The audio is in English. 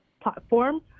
platform